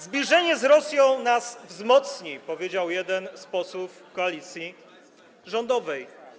Zbliżenie z Rosją nas wzmocni - powiedział jeden z posłów koalicji rządowej.